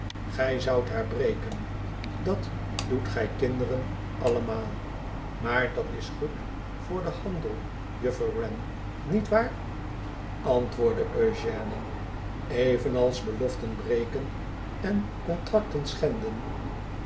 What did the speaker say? gij soudt haar breken dat doet gij kinderen allemaal maar dat is goed voor den handel juffer wren niet waar eugène evenals beloften breken en contracten schenden